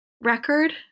record